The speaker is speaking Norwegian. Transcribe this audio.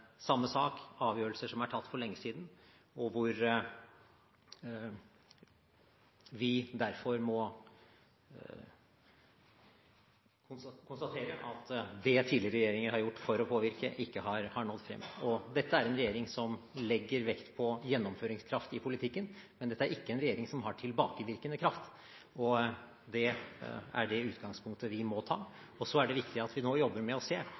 samme sak: Det er avgjørelser som er tatt for lenge siden, og vi må derfor konstatere at det tidligere regjeringer har gjort for å påvirke, ikke har nådd frem. Dette er en regjering som legger vekt på gjennomføringskraft i politikken, men dette er ikke en regjering som har tilbakevirkende kraft. Det er det utgangspunktet vi må ha. Så er det viktig at vi nå jobber med å se